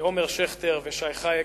עומר שכטר ושי חייק.